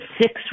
six